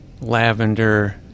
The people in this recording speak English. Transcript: lavender